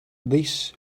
this